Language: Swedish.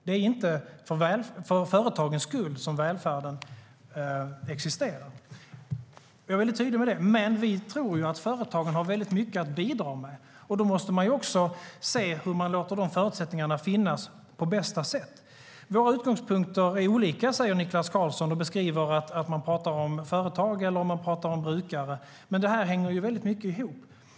Det är inte för företagens skull som välfärden existerar. Jag var tydlig med det. Vi tror dock att företagen har mycket att bidra med. Då måste vi se hur vi låter de förutsättningarna finnas på bästa sätt. Våra utgångspunkter är olika, säger Niklas Karlsson, beroende på att vi talar om företag eller om brukare. Det hänger dock ihop.